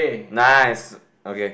nice okay